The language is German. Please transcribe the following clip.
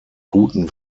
guten